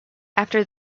after